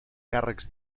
càrrecs